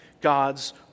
God's